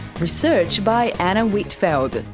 research by anna whitfeld,